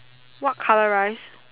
what colour rice